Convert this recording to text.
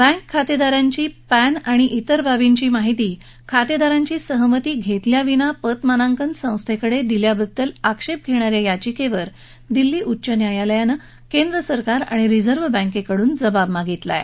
bank खाते दारांची PAN आणि तिर बाबींची माहिती खातेदारांची सहमती घेतल्या विना पतमानांकन संस्थेकडे दिल्याबद्दल आक्षेप घेण या याविकेवर दिल्ली उच्च न्यायालयानं केंद्रसरकार आणि रिझर्व बँकेकडून जबाब मागितला आहे